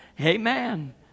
Amen